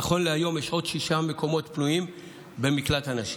נכון להיום יש עוד שישה מקומות פנויים במקלט הנשים.